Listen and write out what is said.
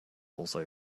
also